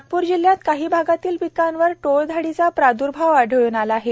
नागपूर जिल्ह्यात काही भागातील पिकावर टोळधाडीचा प्रादूर्भाव आढळुन आला आहे